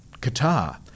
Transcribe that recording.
Qatar